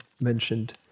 mentioned